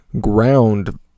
ground